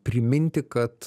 priminti kad